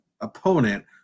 opponent